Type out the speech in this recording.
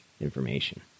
information